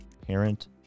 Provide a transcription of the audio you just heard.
parent